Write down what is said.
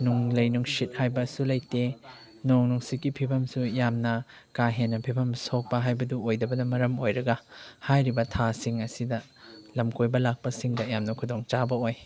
ꯅꯣꯡꯂꯩ ꯅꯨꯡꯁꯤꯠ ꯍꯥꯕꯁꯨ ꯂꯩꯇꯦ ꯅꯣꯡ ꯅꯨꯡꯁꯤꯠꯀꯤ ꯐꯤꯕꯝꯁꯨ ꯌꯥꯝꯅ ꯀꯩꯍꯦꯟꯅ ꯐꯤꯕꯝ ꯁꯣꯛꯄ ꯍꯥꯏꯕꯗꯨ ꯑꯣꯏꯗꯕꯅ ꯃꯔꯝ ꯑꯣꯏꯔꯒ ꯍꯥꯏꯔꯤꯕ ꯊꯥꯁꯤꯡ ꯑꯁꯤꯗ ꯂꯝꯀꯣꯏꯕ ꯂꯥꯛꯄꯁꯤꯡꯗ ꯌꯥꯝꯅ ꯈꯨꯗꯣꯡ ꯆꯥꯕ ꯑꯣꯏ